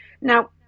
Now